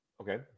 Okay